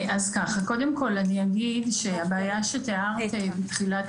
קודם כל אני אגיד שהבעיה שתיארת בתחילת